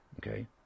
Okay